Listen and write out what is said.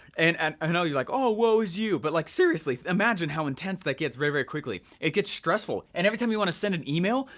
and and i know you're like oh, woe is you, but like seriously imagine how intense that gets very very quickly. it gets stressful, and every time you want to send an email,